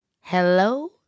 Hello